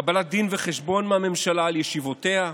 קבלת דין וחשבון מהממשלה על ישיבותיה,